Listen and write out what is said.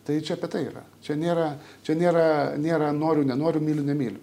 tai čia apie tai yra čia nėra čia nėra nėra noriu nenoriu myliu nemyliu